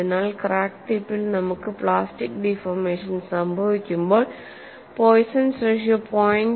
അതിനാൽ ക്രാക്ക് ടിപ്പിൽ നമുക്ക് പ്ലാസ്റ്റിക് ഡിഫോർമേഷൻ സംഭവിക്കുമ്പോൾ പോയ്സൺ റേഷ്യോ 0